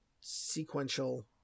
sequential